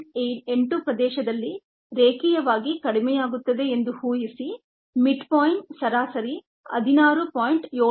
8 ಪ್ರದೇಶದಲ್ಲಿ ರೇಖೀಯ ವಾಗಿ ಕಡಿಮೆಯಾಗುತ್ತದೆ ಎಂದು ಊಹಿಸಿ ಮಿಡ್ ಪಾಯಿಂಟ್ ಸರಾಸರಿ 16